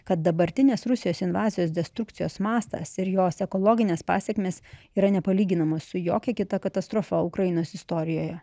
kad dabartinės rusijos invazijos destrukcijos mastas ir jos ekologinės pasekmės yra nepalyginamos su jokia kita katastrofa ukrainos istorijoje